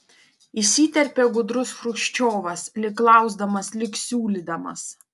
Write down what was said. įsiterpė gudrus chruščiovas lyg klausdamas lyg siūlydamas